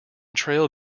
trail